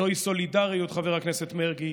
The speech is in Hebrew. זוהי סולידריות, חבר הכנסת מרגי,